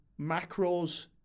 macros